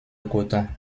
coton